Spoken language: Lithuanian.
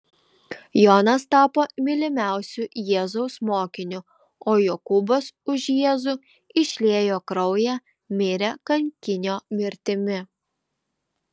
jonas tapo mylimiausiu jėzaus mokiniu o jokūbas už jėzų išliejo kraują mirė kankinio mirtimi